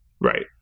Right